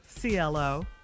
CLO